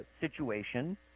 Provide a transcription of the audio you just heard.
situation